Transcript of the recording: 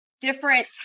different